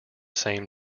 same